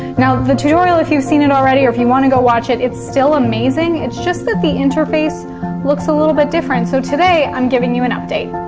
now, the tutorial if you've seen it already or if you wanna go watch it, it's still amazing it's just that the interface looks a little bit different. so today i'm giving you an update.